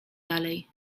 dalej